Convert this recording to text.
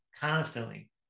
constantly